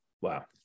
wow